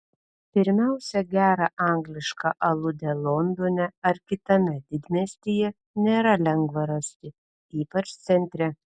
pirmiausia gerą anglišką aludę londone ar kitame didmiestyje nėra lengva rasti ypač centre